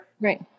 right